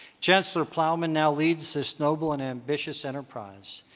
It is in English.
chancellor plowman now leads this noble and ambitious enterprise.